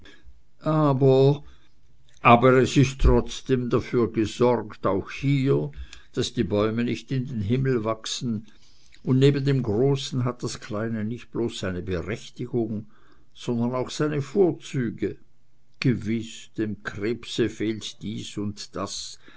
aber aber es ist trotzdem dafür gesorgt auch hier daß die bäume nicht in den himmel wachsen und neben dem großen hat das kleine nicht bloß seine berechtigung sondern auch seine vorzüge gewiß dem krebse fehlt dies und das